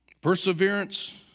Perseverance